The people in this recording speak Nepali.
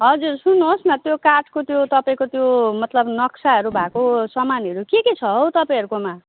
हजुर सुन्नुहोस् न त्यो काठको त्यो तपाईँको त्यो मतलब नक्साहरू भएको सामानहरू के के छ हौ तपाईँहरूकोमा